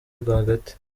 rwagati